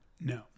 No